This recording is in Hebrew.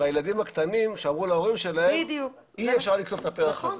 והילדים הקטנים שאמרו להורים שלהם: אי-אפשר לקטוף את הפרח הזה,